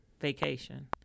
vacation